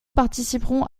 participeront